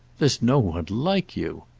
there's no one like you!